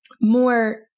more